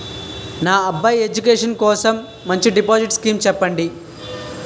నా అబ్బాయి ఎడ్యుకేషన్ కోసం మంచి డిపాజిట్ స్కీం చెప్పండి